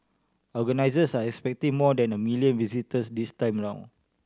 organisers are expecting more than a million visitors this time round